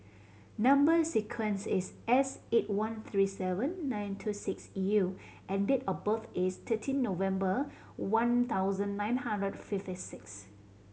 number sequence is S eight one three seven nine two six U and date of birth is thirteen November one thousand nine hundred fifty six